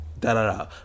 da-da-da